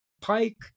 Pike